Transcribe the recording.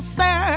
sir